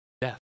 death